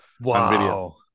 Wow